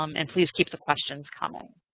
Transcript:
um and please keep the questions coming.